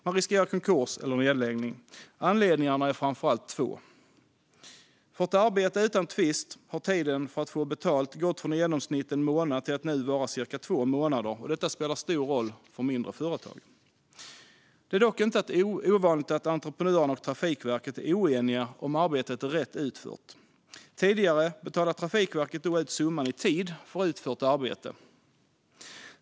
Man riskerar konkurs eller nedläggning. Anledningarna är framför allt två. För ett arbete utan tvist har tiden för att få betalt gått från i genomsnitt en månad till nu cirka två månader. Detta spelar stor roll för mindre företag. Det är dock inte ovanligt att entreprenören och Trafikverket är oeniga om huruvida ett arbete är rätt utfört. Tidigare betalade Trafikverket då i tid ut summan för utfört arbete.